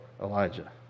Elijah